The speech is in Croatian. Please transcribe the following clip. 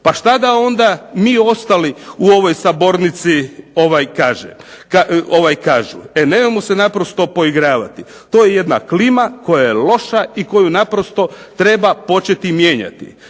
Pa šta da mi onda ostali u ovoj Sabornici kažu. E nemojmo se naprosto poigravati. To je jedna klima koja je loša i koju naprosto treba početi mijenjati.